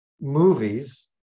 movies